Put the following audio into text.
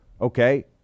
Okay